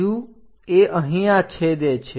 બીજું એ અહીંયા છેદે છે